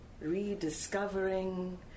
Rediscovering